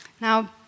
Now